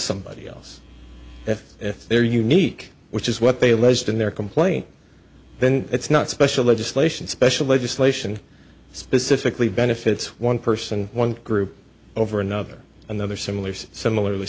somebody else if they're unique which is what they alleged in their complaint then it's not special legislation special legislation specifically benefits one person one group over another another similar similar